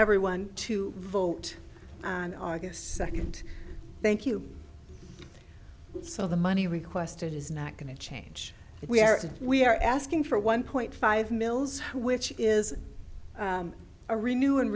everyone to vote on august second thank you so the money requested is not going to change we are we are asking for one point five mils which is a renew and